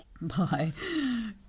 Bye